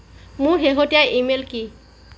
মোৰ শেহতীয়া ইমেইল কি